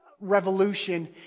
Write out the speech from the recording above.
revolution